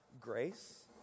grace